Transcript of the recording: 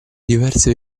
diverse